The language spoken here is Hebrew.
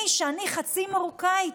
אני, שאני חצי מרוקאית,